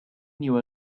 knew